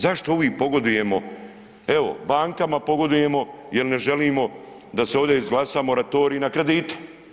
Zašto uvijek pogodujemo, evo bankama pogodujemo jel ne želimo da se ovdje izglasa moratorij na kredite.